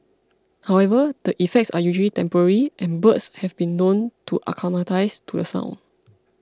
however the effects are usually temporary and birds have been known to acclimatise to the sound